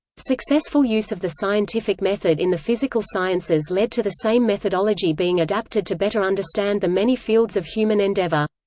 successful use of the scientific method in the physical sciences led to the same methodology being adapted to better understand the many fields of human endeavor.